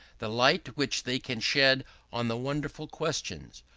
the light which they can shed on the wonderful questions,